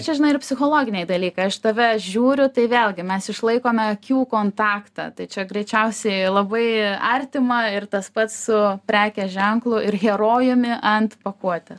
čia žinai yra psichologiniai dalykai aš tave žiūriu tai vėlgi mes išlaikome akių kontaktą tai čia greičiausiai labai artima ir tas pats su prekės ženklu ir herojumi ant pakuotė